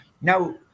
Now